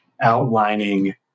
outlining